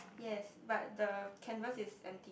yes but the canvas is empty